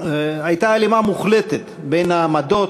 הלימה מוחלטת בין העמדות,